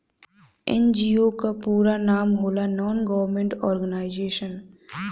NGO क पूरा नाम होला नान गवर्नमेंट और्गेनाइजेशन